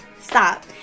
stop